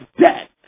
dead